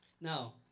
Now